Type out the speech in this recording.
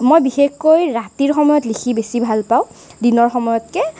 মই বিশেষকৈ ৰাতিৰ সময়ত লিখি বেছি ভাল পাওঁ দিনৰ সময়তকৈ